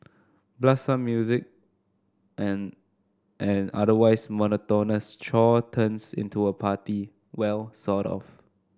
blast some music and an otherwise monotonous chore turns into a party well sort of